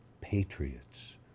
patriots